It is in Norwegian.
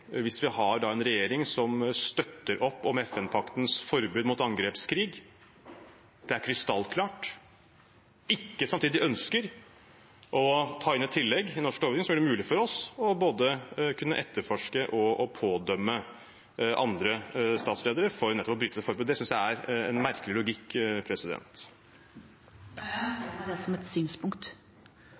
hvis vi har en regjering som støtter opp om FN-paktens forbud mot angrepskrig – som er krystallklart – men ikke samtidig ønsker å ta inn et tillegg i norsk lovgivning som vil gjøre det mulig for oss både å kunne etterforske og pådømme andre statsledere for å bryte forbudet. Det synes jeg er en merkelig logikk. Jeg noterer meg det som et synspunkt.